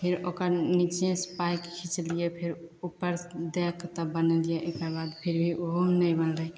फेर ओकर निचेसे पाइ खिचलिए फेर उपर दैके तब बनेलिए एकर बाद फिर भी ओहोमे नहि बनलै